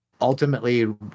ultimately